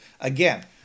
again